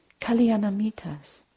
kalyanamitas